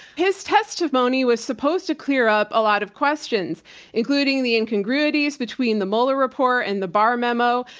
his testimony was supposed to clear up a lot of questions including the incongruities between the mueller report and the barr memo,